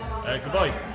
Goodbye